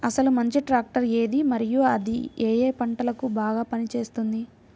అసలు మంచి ట్రాక్టర్ ఏది మరియు అది ఏ ఏ పంటలకు బాగా పని చేస్తుంది?